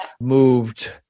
moved